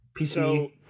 PC